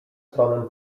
stronę